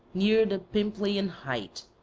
near the pimpleian height.